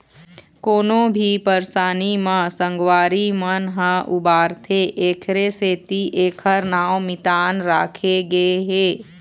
कोनो भी परसानी म संगवारी मन ह उबारथे एखरे सेती एखर नांव मितान राखे गे हे